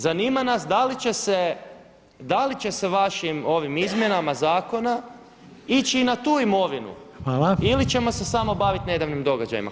Zanima nas da li će se vašim ovim izmjenama zakona ići i na tu imovinu ili ćemo se samo baviti nedavnim događajima.